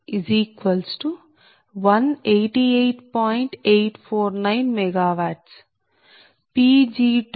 849 MW Pg2109